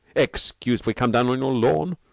excuse if we come down on your lawn.